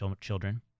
children